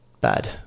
bad